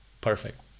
perfect